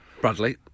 Bradley